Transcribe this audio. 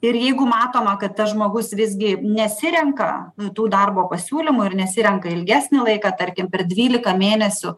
ir jeigu matoma kad tas žmogus visgi nesirenka tų darbo pasiūlymų ir nesirenka ilgesnį laiką tarkim per dvylika mėnesių